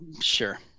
Sure